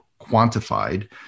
quantified